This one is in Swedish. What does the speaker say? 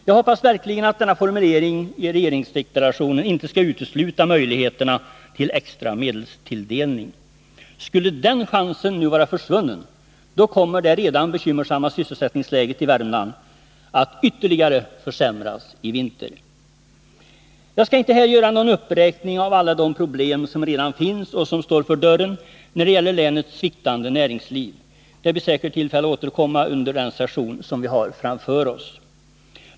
Jag hoppas verkligen att denna formulering i regeringsdeklarationen inte skall utesluta möjligheterna till extra medelstilldelning. Skulle den chansen nu vara försvunnen, då kommer det redan nu bekymmersamma sysselsättningsläget i Värmland att ytterligare försämras i vinter. Jag skall inte här göra någon uppräkning av alla de problem som redan finns och som står för dörren när det gäller länets sviktande näringsliv. Det blir säkert tillfälle att återkomma till detta under den session vi har framför oss.